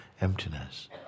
emptiness